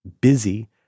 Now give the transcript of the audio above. busy